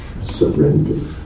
Surrender